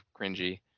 cringy